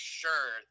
sure